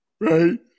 right